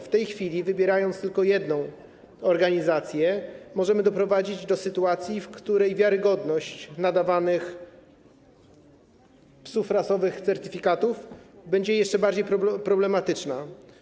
W tej chwili, wybierając tylko jedną organizację, możemy doprowadzić do sytuacji, w której wiarygodność nadawanych psom rasowym certyfikatów będzie jeszcze bardziej problematyczna.